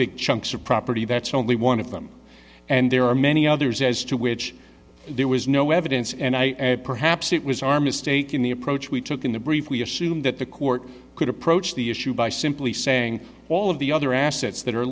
big chunks of property that's only one of them and there are many others as to which there was no evidence and i perhaps it was our mistake in the approach we took in the brief we assume that the court could approach the issue by simply saying all of the other assets that are